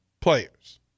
players